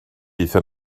aethon